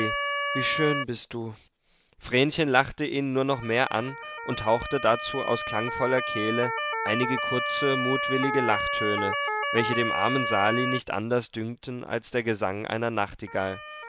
wie schön bist du vrenchen lachte ihn nur noch mehr an und hauchte dazu aus klangvoller kehle einige kurze mutwillige lachtöne welche dem armen sali nicht anders dünkten als der gesang einer nachtigall